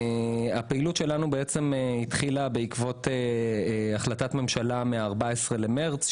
הפעילות שלנו התחילה בעקבות החלטת ממשלה מה-14 למרץ,